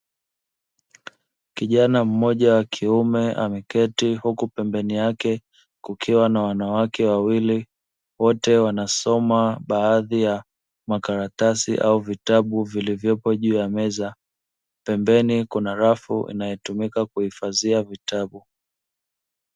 Kijana mmoja wa kiume ameketi huku pembeni yake kukiwa na wanawake wawili, wote wanasoma baadhi ya makaratasi au vitabu vilivyopo juu ya meza, pembeni kuna rafu inayotumika kuhifadhia vitabu.